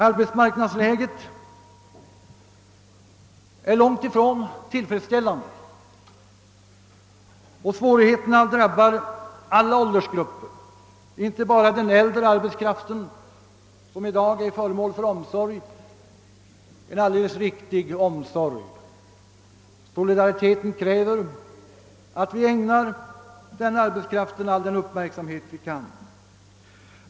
Arbetsmarknadsläget är långt ifrån tillfredsställande och svårigheterna drabbar alla åldersgrupper, inte bara den äldre arbetskraften, som i dag är föremål för vår omsorg — en alldeles riktig omsorg; solidariteten kräver att vi ägnar denna arbetskraft all uppmärksamhet vi kan.